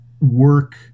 work